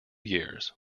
years